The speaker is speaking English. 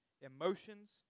emotions